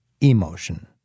emotion